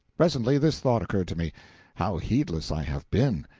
presently this thought occurred to me how heedless i have been!